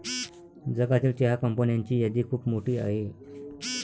जगातील चहा कंपन्यांची यादी खूप मोठी आहे